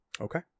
Okay